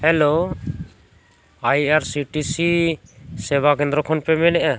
hello I R C T C ᱥᱮᱵᱟ ᱠᱮᱱᱫᱨᱚ ᱠᱷᱚᱱ ᱯᱮ ᱢᱮᱱᱮᱜᱼᱟ